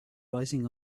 rising